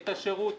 את השירות,